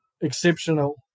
exceptional